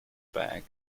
bag